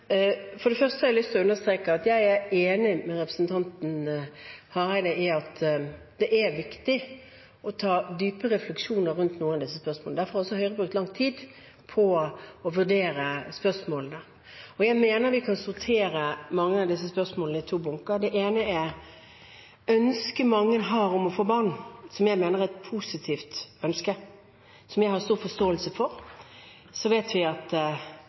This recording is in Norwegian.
For det første har jeg lyst til å understreke at jeg er enig med representanten Hareide i at det er viktig å ha dype refleksjoner rundt noen av disse spørsmålene. Derfor har også Høyre brukt lang tid på å vurdere dem. Jeg mener at vi kan sortere mange av disse spørsmålene i to bunker. Det ene er ønsket mange har om å få barn, som jeg mener er et positivt ønske, som jeg har stor forståelse for. Så vet vi at